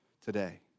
today